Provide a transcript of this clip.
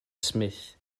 smith